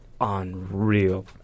unreal